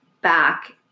back